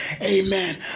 Amen